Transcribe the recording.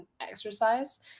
exercise